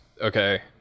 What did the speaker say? okay